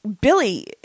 Billy